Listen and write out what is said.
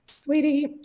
Sweetie